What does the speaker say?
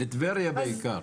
בטבריה בעיקר.